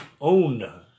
own